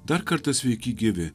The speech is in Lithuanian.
dar kartą sveiki gyvi